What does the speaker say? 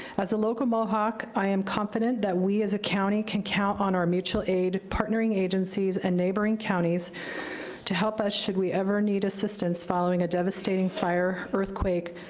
as a local mhoac, i am confident that we, as a county, can count on our mutual aid partnering agencies and neighboring counties to help us, should we ever need assistance, following a devastating fire, earthquake,